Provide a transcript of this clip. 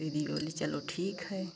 दीदी बोली चलो ठीक है